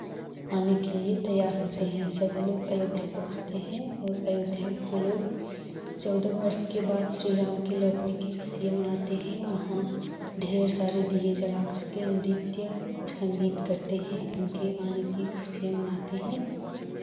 आने के लिए तैयार होते हैं सभी लोग अयोध्या पहुँचते हैं और अयोध्या के लोग चौदह वर्ष के बाद श्री राम की लौटने की खुशियाँ मनाते हैं वहाँ ढेर सारे दिए जला करके नृत्य और संगीत करते हैं उनके आने की खुशियाँ मनाते हैं